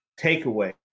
takeaway